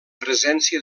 presència